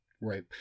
Right